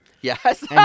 Yes